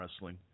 wrestling